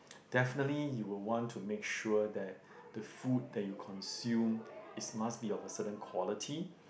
definitely you will want to make sure that the food that you consume is must be of a certain quality